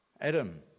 Adam